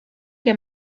que